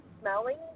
smelling